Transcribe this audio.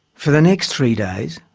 for the next three days,